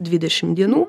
dvidešim dienų